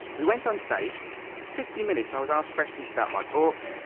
we went on stage. for fifty minutes i was asked questions about my book,